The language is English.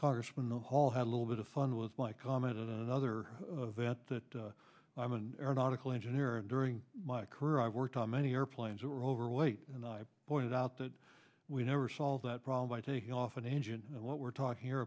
congressman the hall had a little bit of fun with my comment on another vet that i'm an aeronautical engineer and during my career i've worked on many airplanes are overweight and i pointed out that we never solve that problem by taking off an engine and what we're talking